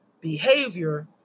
behavior